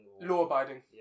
Law-abiding